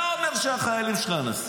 אתה אומר שהחיילים שלנו אנסים.